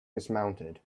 dismounted